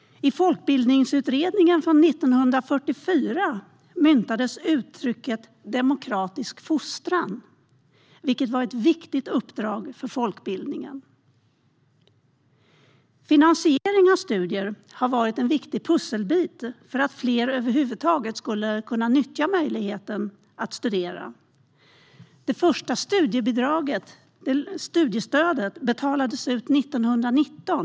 I Folkbildningsutredningen från 1944 myntades uttrycket "demokratisk fostran", vilket var ett viktigt uppdrag för folkbildningen. Finansiering av studier har varit en viktig pusselbit för att ge fler möjlighet att studera över huvud taget. Det första studiestödet betalades ut 1919.